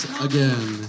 again